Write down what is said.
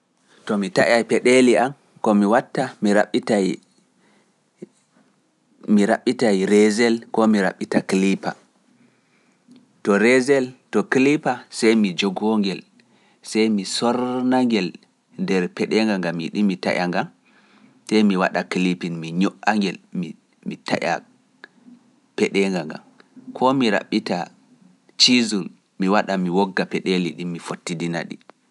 To mi taƴa peɗeli an, ko mi watta, mi raɓɓitay reezel, koo mi raɓɓita kaliipa. To reeszel, to kiliipa, sey mi jogoo ngel, sey mi sorna ngel nder peɗenga ngan, mi taƴa nga, mi waɗa kiliipi, mi ñoɗa ngel, mi taƴa peɗenga ngan, komi raɓɓita ciisul mi waɗa mi wogga peɗeli ɗi mi fottidina ɗi.